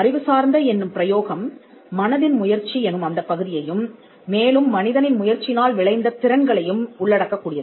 அறிவுசார்ந்த என்னும் பிரயோகம் மனதின் முயற்சி என்னும் அந்தப் பகுதியையும் மேலும் மனதின் முயற்சியினால் விளைந்த திறன்களையும் உள்ளடக்கக் கூடியது